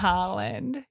Holland